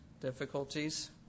difficulties